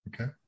Okay